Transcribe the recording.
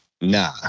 Nah